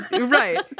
Right